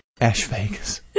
Ash-Vegas